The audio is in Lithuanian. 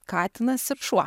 katinas ir šuo